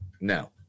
No